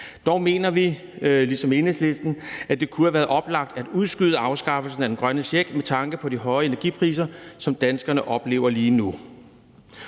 Dog mener vi, ligesom Enhedslisten, at det kunne have været oplagt at udskyde afskaffelsen af den grønne check med tanke på de høje energipriser, som danskerne oplever lige nu.